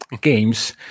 games